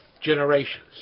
generations